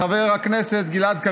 חברי הכנסת.